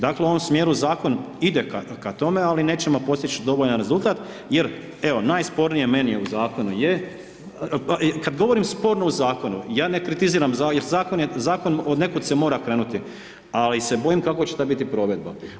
Dakle, u ovom smjeru zakon ide ka tome, ali nećemo postići dovoljan rezultat jer evo najspornije meni u zakonu je, kad govorim sporno u zakonu, ja ne kritiziram zakon jer zakon, od nekud se mora krenuti, ali se bojim kako će ta biti provedba.